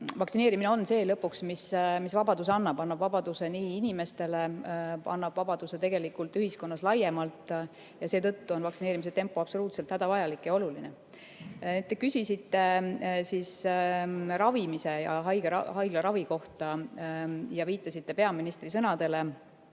vaktsineerimine on lõpuks see, mis vabaduse annab – annab vabaduse nii inimestele kui ka annab vabaduse tegelikult ühiskonnas laiemalt. Seetõttu on vaktsineerimise [kiire] tempo absoluutselt hädavajalik ja oluline. Te küsisite ravimise ja haiglaravi kohta ja viitasite peaministri sõnadele.